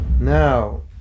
Now